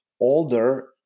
older